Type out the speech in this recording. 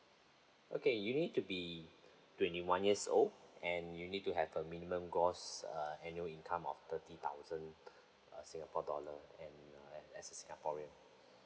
okay you need to be twenty one years old and you need to have a minimum gross uh annual income of thirty thousand uh singapore dollar and as a singaporean